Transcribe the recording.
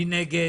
מי נגד?